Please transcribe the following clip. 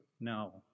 No